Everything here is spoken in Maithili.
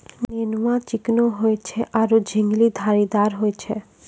नेनुआ चिकनो होय छै आरो झिंगली धारीदार होय छै